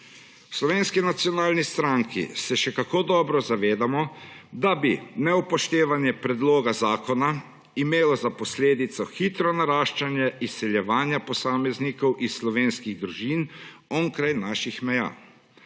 Slovenski nacionalni stranki se še kako dobro zavedamo, da bi neupoštevanje predloga zakona imelo za posledico hitro naraščanje izseljevanja posameznikov iz slovenskih družin onkraj naših meja.